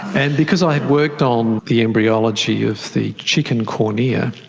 and because i'd worked on the embryology of the chicken cornea,